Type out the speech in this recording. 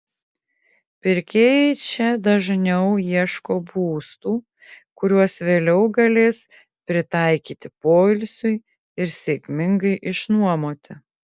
pirkėjai čia dažniau ieško būstų kuriuos vėliau galės pritaikyti poilsiui ir sėkmingai išnuomoti